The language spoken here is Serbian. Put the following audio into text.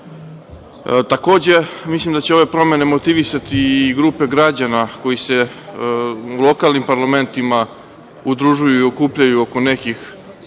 mislim da će ove promene motivisati i grupe građana koji se u lokalnim parlamentima udružuju i okupljaju oko nekih